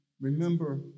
remember